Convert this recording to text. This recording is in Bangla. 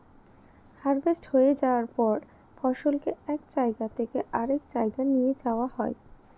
হার্ভেস্ট হয়ে যায়ার পর ফসলকে এক জায়গা থেকে আরেক জাগায় নিয়ে যাওয়া হয়